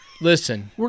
Listen